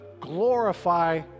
glorify